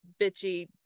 bitchy